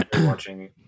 watching